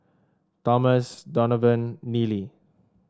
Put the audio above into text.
Thomas Donavon Neely